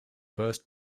first